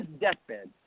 deathbed